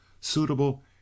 suitable